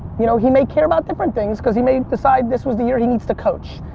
you know, he may care about different things because he may decide this was the year he needs to coach.